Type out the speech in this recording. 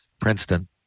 Princeton